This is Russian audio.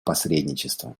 посредничества